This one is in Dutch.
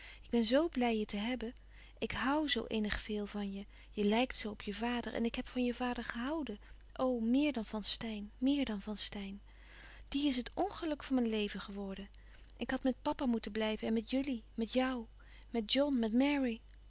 ik ben zoo blij je te hebben ik hoû zoo innig veel van je je lijkt zoo op je vader en ik heb van je vader gehouden o meer dan van steyn meer dan louis couperus van oude menschen de dingen die voorbij gaan van steyn die is het ongeluk van mijn leven geworden ik had met papa moeten blijven en met jullie met jou met john met